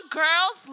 girls